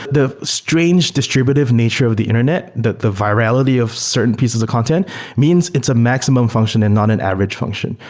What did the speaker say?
the strange distributive nature of the internet, the the virility of certain pieces of content means it's a maximum function and not an average function.